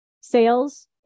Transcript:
sales